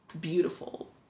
beautiful